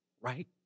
right